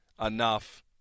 enough